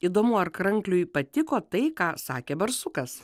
įdomu ar krankliui patiko tai ką sakė barsukas